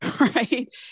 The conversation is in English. right